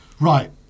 right